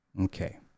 okay